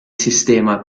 sistema